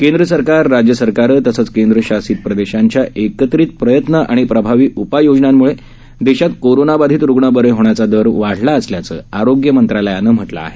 केंद्र सरकार राज्य सरकारं तसंच केंद्र शासित प्रदेशांच्या एकत्रित प्रयत्न आणि प्रभावी उपाययोजनांमुळे देशात कोरोनाबाधित रुग्ण बरे होण्याचा दर वाढला असल्याचं आरोग्य मंत्रालयानं म्हटलं आहे